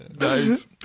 Nice